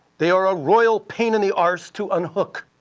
they are a royal pain in the arse to unhook,